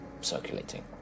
circulating